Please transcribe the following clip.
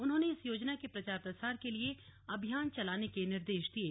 उन्होंने इस योजना के प्रचार प्रसार के लिए अभियान चलाने के निर्देश दिये